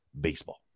Baseball